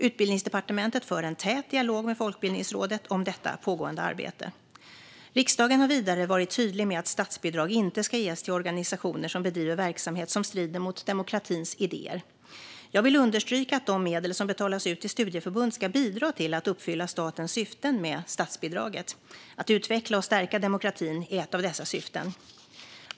Utbildningsdepartementet för en tät dialog med Folkbildningsrådet om detta pågående arbete. Regeringen har vidare varit tydlig med att statsbidrag inte ska ges till organisationer som bedriver verksamhet som strider mot demokratins idéer. Jag vill understryka att de medel som betalas ut till studieförbund ska bidra till att uppfylla statens syften med statsbidraget. Att utveckla och stärka demokratin är ett av dessa syften.